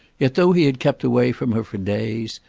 yet, though he had kept away from her for days,